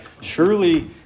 Surely